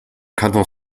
kanton